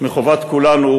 מחובת כולנו,